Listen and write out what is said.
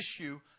issue